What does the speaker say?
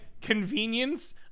convenience